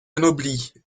anobli